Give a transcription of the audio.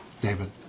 David